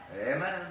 Amen